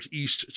east